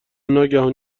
ناگهان